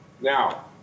Now